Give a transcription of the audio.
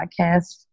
podcast